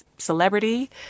Celebrity